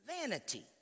vanity